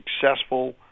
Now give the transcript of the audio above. successful